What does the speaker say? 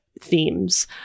themes